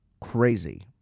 crazy